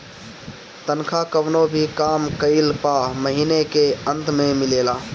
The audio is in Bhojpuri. तनखा कवनो भी काम कइला पअ महिना के अंत में मिलेला